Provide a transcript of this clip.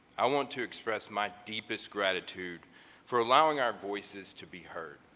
i want to express my deepest gratitude for allowing our voices to be heard.